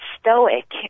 stoic